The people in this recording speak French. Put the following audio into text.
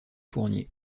fournier